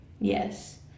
Yes